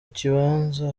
kibanza